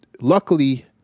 luckily